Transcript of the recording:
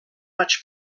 much